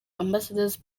ambassador’s